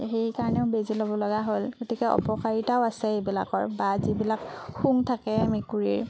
সেইকাৰণেও বেজি ল'ব লগা হ'ল গতিকে অপকাৰিতাও আছে এইবিলাকৰ বা যিবিলাক শুং থাকে মেকুৰীৰ